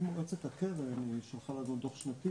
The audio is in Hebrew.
מועצת הקרן היא שלחה לנו דו"ח שנתי